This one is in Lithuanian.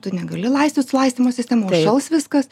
tu negali laistyt su laistymo sistemom užšals viskas